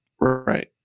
Right